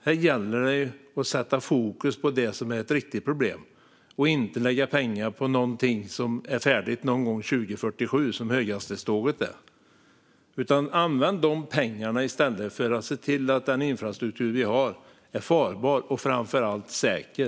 Här gäller det att ha fokus på det som är ett riktigt problem och att inte lägga pengar på något som är färdigt någon gång vid 2047, som höghastighetståget är. Använd i stället de pengarna till att se till att den infrastruktur vi har är farbar och framför allt säker!